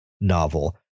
novel